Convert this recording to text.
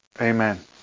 amen